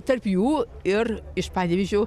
tarp jų ir iš panevėžio